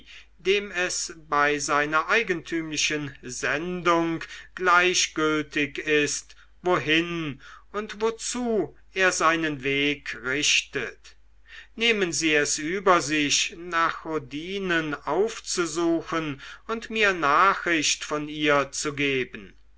dem es bei seiner eigentümlichen sendung gleichgültig ist wohin und wozu er seinen weg richtet nehmen sie es über sich nachodinen aufzusuchen und mir nachricht von ihr zu geben